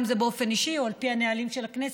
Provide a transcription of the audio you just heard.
אם באופן אישי ואם על פי הנהלים של הכנסת,